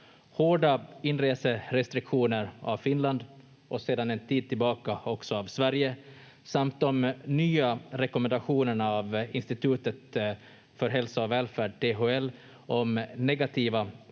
Hårda inreserestriktioner av Finland och sedan en tid tillbaka också av Sverige samt de nya rekommendationerna av Institutet för hälsa och välfärd, THL, om negativa